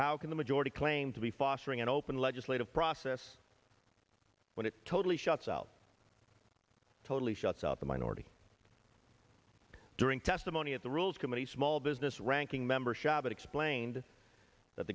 how can the majority claim to be fostering an open legislative process when it totally shuts out totally shuts out the minority during testimony at the rules committee small business ranking member shabat explained that